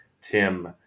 Tim